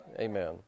Amen